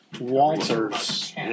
Walters